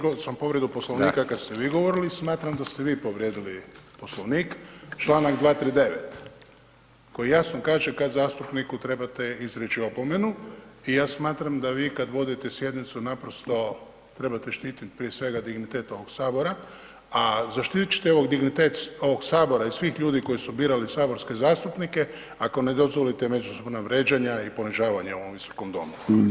Digao sam povredu Poslovnika kad ste vi govorili i smatram da ste vi povrijedili Poslovnik, Članak 239. koji jasno kaže kad zastupniku trebate izreći opomenu i ja smatram da vi kad vodite sjednicu naprosto trebate štititi prije svega dignitet ovog sabora, a zaštitit ćete dignitet ovog sabora i svih ljudi koji su birali saborske zastupnike ako ne dozvolite međusobna vrijeđanja i ponižavanja u ovom visokom domu.